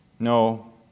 No